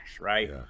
right